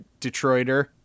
Detroiter